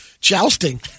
Jousting